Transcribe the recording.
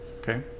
Okay